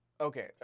okay